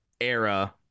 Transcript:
era